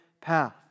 path